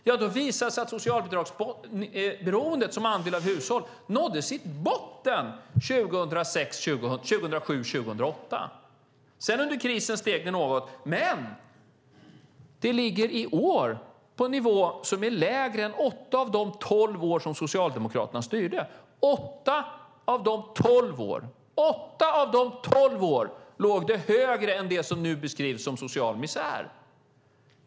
Det visar sig att socialbidragsberoendet som andel av hushåll nådde sin botten 2007-2008. Sedan steg det något under krisen. Men det ligger i år på en nivå som är lägre än under åtta av de tolv år som Socialdemokraterna styrde. Under åtta av tolv år låg det högre än det som nu beskrivs som social misär.